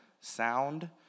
sound